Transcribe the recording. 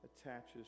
attaches